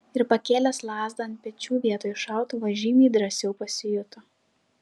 ir pakėlęs lazdą ant pečių vietoj šautuvo žymiai drąsiau pasijuto